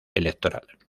electoral